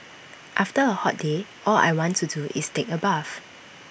after A hot day all I want to do is take A bath